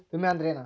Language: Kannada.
ವಿಮೆ ಅಂದ್ರೆ ಏನ?